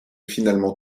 finalement